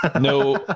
No